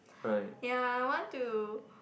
ya I want to